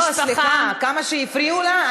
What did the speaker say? לא, סליחה, כמה שהפריעו לה.